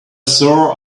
sore